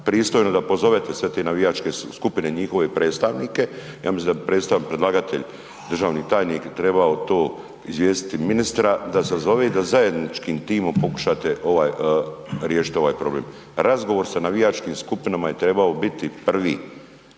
pristojno da pozovete sve te navijačke skupine, njihove predstavnike, ja mislim da bi predstavnik predlagatelj, državni tajnik trebao to izvijestiti ministra, da sa sazove i da zajedničkim timom pokušate riješiti ovaj problem. Razgovor sa navijačkim skupinama je trebao biti prvi.